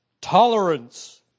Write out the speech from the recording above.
Tolerance